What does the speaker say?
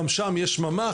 גם שם יש ממ"ח,